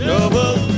Double